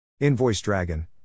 InvoiceDragon